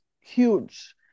huge